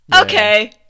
okay